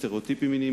סטריאוטיפים מיניים,